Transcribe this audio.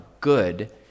good